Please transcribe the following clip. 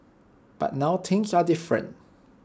but now things are different